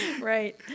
Right